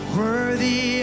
worthy